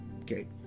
okay